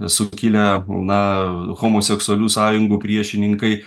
sukilę na homoseksualių sąjungų priešininkai